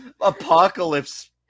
apocalypse